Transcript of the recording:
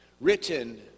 written